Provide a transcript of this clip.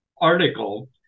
article